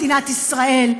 מדינת ישראל,